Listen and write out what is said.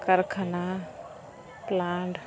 ᱠᱟᱨᱠᱷᱟᱱᱟ ᱞᱟᱱᱴ